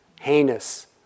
heinous